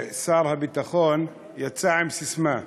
שר הביטחון, יצא עם ססמה: